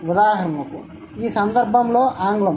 ఉదాహరణకు ఈ సందర్భంలో ఆంగ్లం